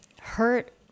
hurt